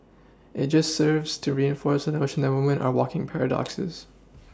it just serves to reinforce the notion that women are walking paradoxes